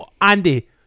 Andy